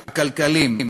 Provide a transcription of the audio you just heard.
הכלכליים,